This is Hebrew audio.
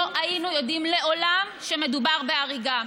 לא היינו יודעים לעולם שמדובר בהריגה.